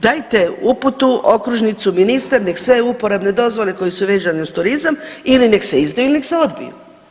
Dajte uputu, okružnicu, ministar nek sve uporabne dozvole koje su vezane uz turizam ili nek se izdaju ili nek se odbiju.